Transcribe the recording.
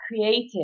creative